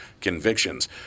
convictions